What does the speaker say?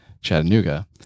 Chattanooga